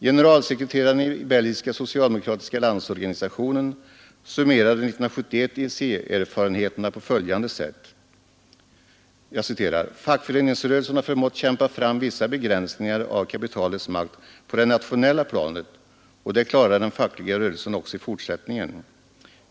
Generalsekreteraren i den belgiska socialdemokratiska landsorganisationen summerade 1971 EEC erfarenheterna på följande sätt: ”Fackföreningsrörelsen har förmått kämpa fram vissa begränsningar av kapitalets makt på det nationella planet och det klarar den fackliga rörelsen också i fortsättningen.